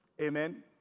Amen